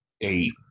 eight